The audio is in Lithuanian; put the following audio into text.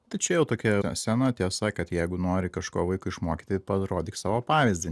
tai čia jau tokia sena tiesa kad jeigu nori kažko vaiką išmokyti parodyk savo pavyzdį